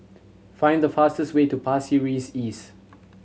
find the fastest way to Pasir Ris East